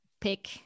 pick